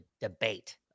debate